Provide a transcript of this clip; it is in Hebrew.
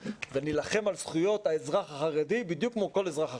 ונילחם על זכויות האזרח החרדי בדיוק כמו כל אזרח אחר.